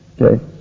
Okay